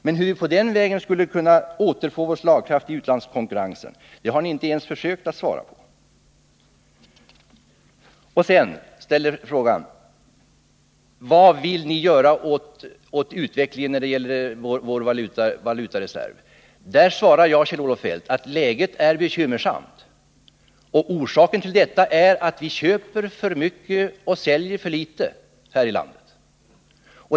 Men hur vi på den vägen skulle återfå vår slagkraft i utlandskonkurrensen har ni inte ens försökt svara på. Sedan ställer Kjell-Olof Feldt frågan: Vad vill ni göra åt utvecklingen när det gäller vår valutareserv? Där svarar jag, Kjell-Olof Feldt, att läget är bekymmersamt. Orsaken till detta är att vi köper för mycket och säljer för litet här i landet.